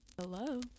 Hello